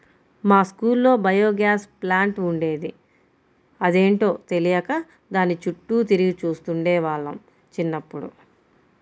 మా స్కూల్లో biogas plant ఉండేది, అదేంటో తెలియక దాని చుట్టూ తిరిగి చూస్తుండే వాళ్ళం చిన్నప్పుడు